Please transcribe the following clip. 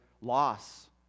loss